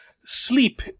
sleep